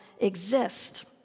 exist